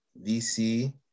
VC